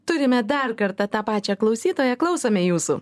turime dar kartą tą pačią klausytoją klausome jūsų